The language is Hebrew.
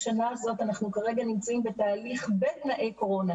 בשנה הזאת אנחנו כרגע נמצאים בתהליך בתנאי קורונה,